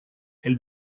elle